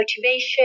motivation